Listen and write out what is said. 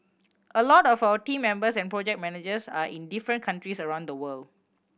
a lot of our team members and project managers are in different countries around the world